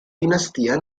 dinastia